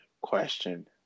question